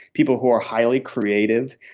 people who are highly creative,